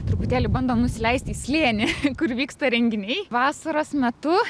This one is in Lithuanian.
truputėlį bandom nusileisti į slėnį kur vyksta renginiai vasaros metu